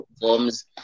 forms